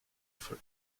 for